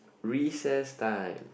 recess time